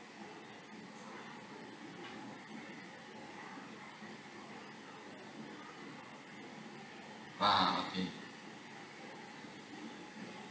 ah okay